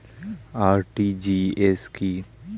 RTGS কি?